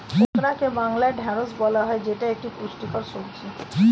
ওকরাকে বাংলায় ঢ্যাঁড়স বলা হয় যেটা একটি পুষ্টিকর সবজি